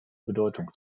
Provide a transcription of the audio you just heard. bedeutung